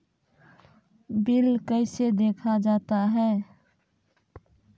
Bill कैसे देखा जाता हैं?